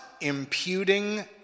imputing